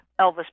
Elvis